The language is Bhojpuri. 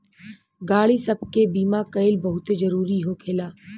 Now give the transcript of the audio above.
गाड़ी सब के बीमा कइल बहुते जरूरी होखेला